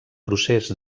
procés